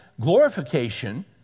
Glorification